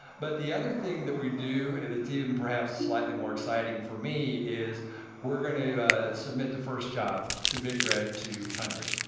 but the other thing that we do that's even perhaps slightly more exciting for me is we're going to submit the first job to big red two hundred.